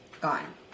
Gone